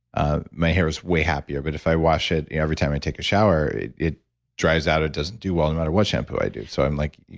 ah my hair is way happier, but if i wash it you know every time i take a shower it it dries out, it doesn't do well no matter what shampoo i do. so i'm like,